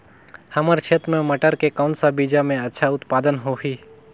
हमर क्षेत्र मे मटर के कौन सा बीजा मे अच्छा उत्पादन होही?